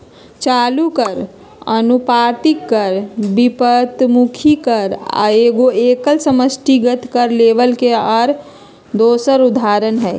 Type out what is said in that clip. चालू कर, अनुपातिक कर, विपरितमुखी कर आ एगो एकक समष्टिगत कर लेबल के आन दोसर उदाहरण हइ